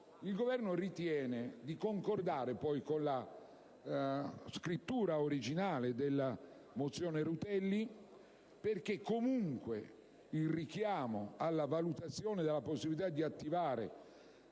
Il Governo ha poi ritenuto di concordare con il testo originario della mozione Rutelli, perché comunque il richiamo alla valutazione della «possibilità di attivare,